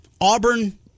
Auburn